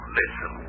listen